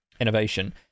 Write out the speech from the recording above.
innovation